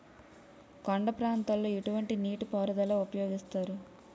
కొండ ప్రాంతాల్లో ఎటువంటి నీటి పారుదల ఉపయోగిస్తారు?